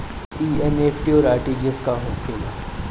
ई एन.ई.एफ.टी और आर.टी.जी.एस का होखे ला?